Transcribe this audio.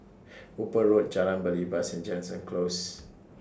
Hooper Road Jalan Belibas and Jansen Close